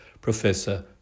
Professor